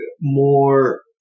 more